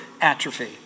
atrophy